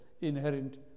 inherent